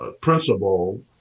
principle